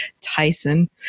Tyson